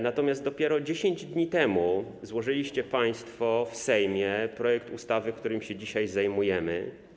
Natomiast dopiero 10 dni temu złożyliście państwo w Sejmie projekt ustawy, którym dzisiaj się zajmujemy.